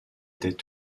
étaient